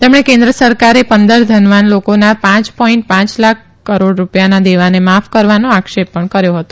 તેમણે કેન્દ્ર સરકારે પંદર ધનવાન લોકોના પાંચ પોઇન્ટ પાંચ લાખ કરોડ રુપિયાના દેવાને માફ કરવાનો આક્ષેપ પણ કર્યો હતો